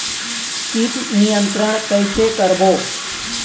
कीट नियंत्रण कइसे करबो?